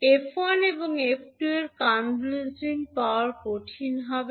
f1 এবং f2 এর convolution পাওয়া কঠিন হবে